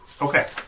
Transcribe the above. Okay